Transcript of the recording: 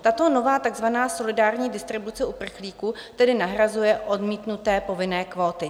Tato nová takzvaná solidární distribuce uprchlíků tedy nahrazuje odmítnuté povinné kvóty.